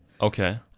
Okay